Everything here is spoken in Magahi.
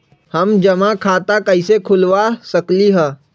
हम जमा खाता कइसे खुलवा सकली ह?